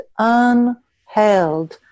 unheld